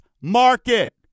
market